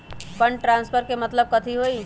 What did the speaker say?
Fund transfer के मतलब कथी होई?